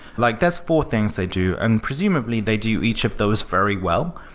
like that's four things they do. and presumably, they do each of those very well,